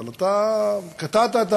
קטעת.